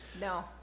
No